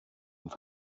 und